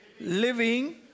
living